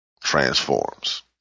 Transforms